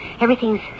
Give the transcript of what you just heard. Everything's